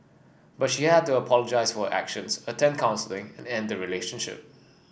but she had to apologise for her actions attend counselling and end relationship